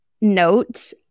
note